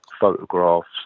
photographs